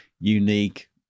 unique